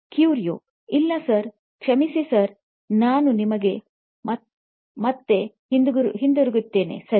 ಕ್ಯೂರಿಯೊ ಇಲ್ಲ ಸರ್ ಕ್ಷಮಿಸಿ ಸರ್ ನಾನು ನಿಮ್ಮ ಬಳಿಗೆ ಹಿಂತಿರುಗುತ್ತೇನೆ ಸರ್